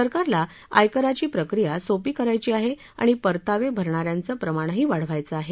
सरकारला आयकराची प्रक्रिया सोपी करायची आहे आणि परतावे भरणाऱ्यांचे प्रमाणही वाढवायचे आहे